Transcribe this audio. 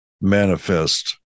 manifest